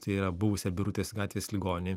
tai yra buvusią birutės gatvės ligoninę